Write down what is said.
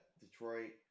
Detroit